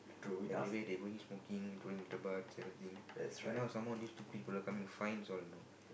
everywhere they going smoking throwing the buds everything and now some more these stupid fellow come and fine us you know